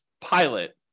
pilot